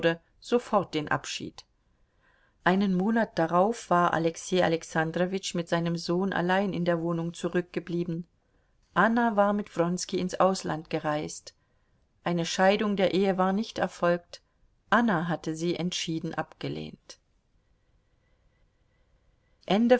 sofort den abschied einen monat darauf war alexei alexandrowitsch mit seinem sohn allein in der wohnung zurückgeblieben anna war mit wronski ins ausland gereist eine scheidung der ehe war nicht erfolgt anna hatte sie entschieden abgelehnt